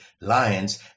lions